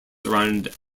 around